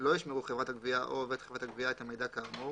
לא ישמרו חברת הגבייה או עובד חברת הגבייה את המידע כאמור,